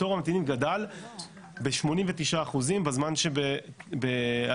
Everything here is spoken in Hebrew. תור הממתינים גדל ב-89% בזמן שהאוכלוסייה